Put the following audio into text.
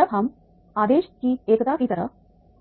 जब हम आदेश की एकता की तरह